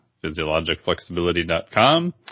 physiologicflexibility.com